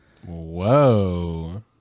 whoa